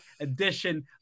Edition